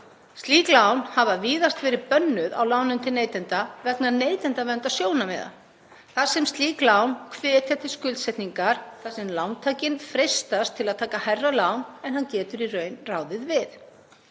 Slík lán hafa víðast hvar verið bönnuð sem lán til neytenda vegna neytendaverndarsjónarmiða þar sem slík lán hvetja til skuldsetningar þar sem lántakinn freistast til að taka hærra lán en hann getur í raun ráðið við.